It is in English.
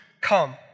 come